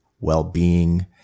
well-being